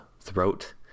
throat